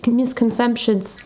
misconceptions